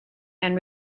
and